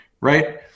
Right